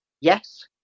yes